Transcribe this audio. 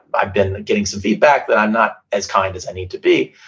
i've been getting some feedback that i'm not as kind as i need to be.